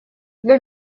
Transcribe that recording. для